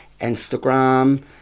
Instagram